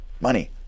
money